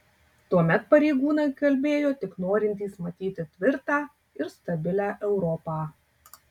tuomet pareigūnai kalbėjo tik norintys matyti tvirtą ir stabilią europą